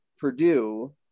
Purdue